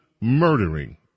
Murdering